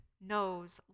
knows